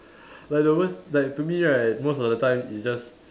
like the worst like to me right most of the time it's just